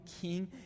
king